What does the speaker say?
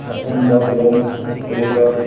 ꯑꯄꯨꯟꯕ ꯂꯣꯟ ꯑꯣꯏꯕ